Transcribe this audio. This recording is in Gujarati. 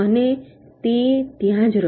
અને તે ત્યાં જ રહ્યો